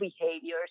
behaviors